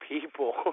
people